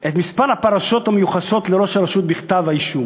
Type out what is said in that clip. את מספר הפרשות המיוחסות לראש הרשות בכתב-האישום.